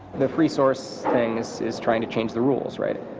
the free source thing is is trying to change the rules, right.